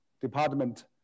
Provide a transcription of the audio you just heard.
Department